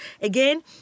Again